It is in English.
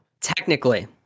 Technically